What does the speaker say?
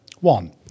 One